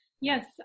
Yes